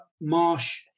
Marsh